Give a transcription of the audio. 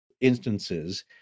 instances